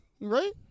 Right